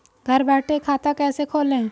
घर बैठे खाता कैसे खोलें?